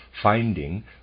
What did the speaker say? finding